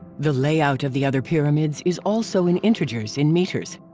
the layout of the other pyramids is also in integers in meters.